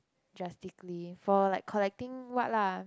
drastically for like collecting what lah